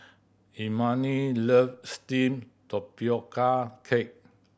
Imani love steamed tapioca cake